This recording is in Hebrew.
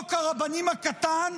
חוק הרבנים הקטן,